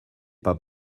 pas